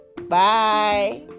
Bye